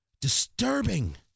disturbing